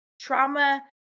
trauma